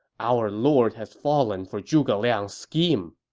our lord has fallen for zhuge liang's scheme!